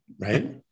right